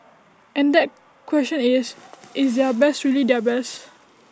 and that question is is their best really their best